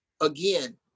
again